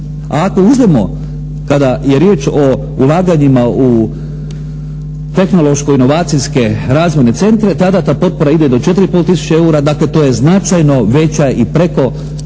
A ako uzmemo kada je riječ o ulaganjima u tehnološko-inovacijske razvojne centre tada ta potpora ide do 4 i pol tisuće eura. Dakle to je značajno veća i preko